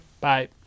Bye